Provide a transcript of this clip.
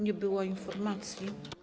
Nie było informacji.